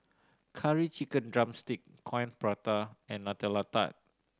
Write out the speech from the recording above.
Curry Chicken drumstick Coin Prata and Nutella Tart